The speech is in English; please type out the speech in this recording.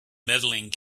medaling